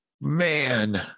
Man